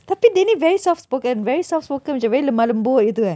tapi dia ni very soft spoken very soft spoken macam very lemah lembut gitu